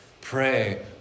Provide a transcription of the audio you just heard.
pray